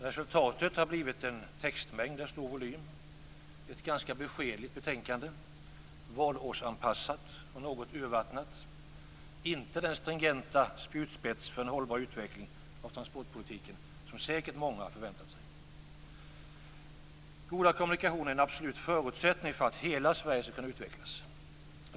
Resultatet har blivit en textmängd av stor volym, ett ganska beskedligt betänkande, valårsanpassat och något urvattnat, inte den stringenta spjutspets för en hållbar utveckling av transportpolitiken som säkert många förväntat sig. Goda kommunikationer är en absolut förutsättning för att hela Sverige skall kunna utvecklas.